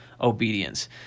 obedience